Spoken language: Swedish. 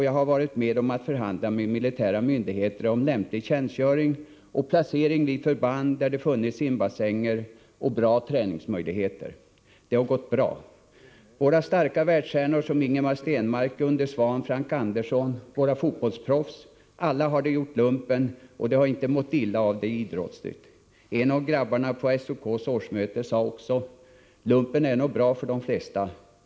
Jag har varit med om att förhandla med militära myndigheter om lämplig tjänstgöring och placering vid förband där det funnits simbassänger och bra träningsmöjligheter. Det har gått bra. Våra stora världsstjärnor — såsom Ingemar Stenmark, Gunde Svan och Frank Andersson — och våra fotbollsproffs har alla gjort ”lumpen”. De har inte mått illa av det idrottsligt. En av grabbarna på SOK:s årsmöte sade: ”Lumpen är nog bra för de flesta.